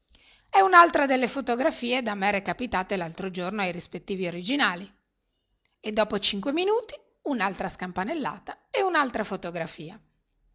è un'altra delle fotografie da me recapitate l'altro giorno ai rispettivi originali e dopo cinque minuti un'altra scampanellata e un'altra fotografia